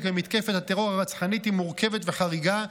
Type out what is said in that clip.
במתקפת הטרור הרצחנית היא מורכבת וחריגה,